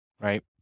Right